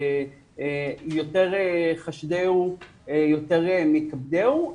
ביותר חשדהו מכבדהו,